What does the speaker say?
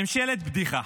ממשלת בדיחה.